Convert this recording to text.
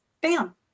Bam